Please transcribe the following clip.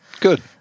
Good